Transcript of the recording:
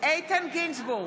איתן גינזבורג,